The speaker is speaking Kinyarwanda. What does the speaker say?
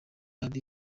hadi